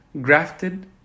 grafted